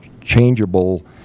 changeable